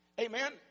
Amen